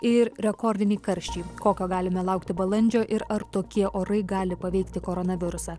ir rekordiniai karščiai kokio galime laukti balandžio ir ar tokie orai gali paveikti koronavirusą